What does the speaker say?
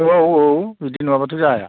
औ औ बिदि नङाबाथ' जाया